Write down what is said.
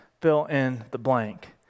fill-in-the-blank